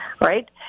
right